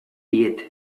diet